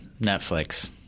Netflix